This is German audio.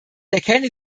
erkenne